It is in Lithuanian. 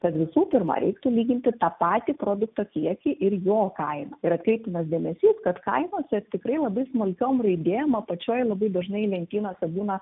tad visų pirma reiktų lyginti tą patį produkto kiekį ir jo kainą ir atkreiptinas dėmesys kad kainose tikrai labai smulkiom raidėm apačioj labai dažnai lentynose būna